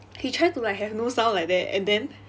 he try to like have no sound like that and then